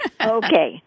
Okay